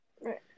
Right